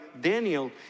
Daniel